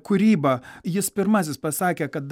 kūryba jis pirmasis pasakė kad